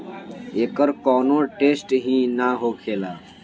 एकर कौनो टेसट ही ना होखेला